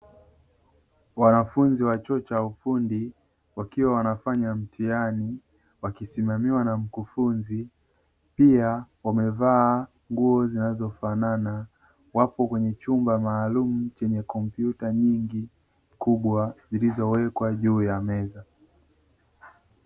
Wanafunzi wa chuo cha ufundi wakiwa wanafanya mtihani, wakisimamiwa na mkufunzi pia wamevaa nguo zinazofanana, wapo kwenye chumba maalumu chenye kompyuta nyingi kubwa zilizowekwa juu ya meza.